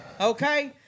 Okay